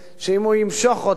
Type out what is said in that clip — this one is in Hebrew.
שאם הוא ימשוך אותה